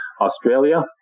Australia